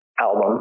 album